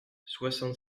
soixante